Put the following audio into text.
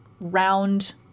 round